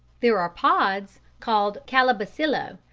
there are pods, called calabacillo,